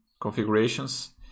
configurations